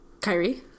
Kyrie